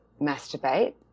masturbate